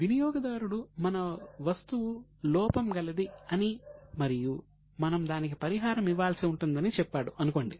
వినియోగదారుడు మన వస్తువు లోపం గలది అని మరియు మనం దానికి పరిహారం ఇవ్వాల్సి ఉంటుందని చెప్పాడు అనుకోండి